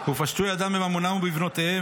ופשטו ידם בממונם ובבנותיהם,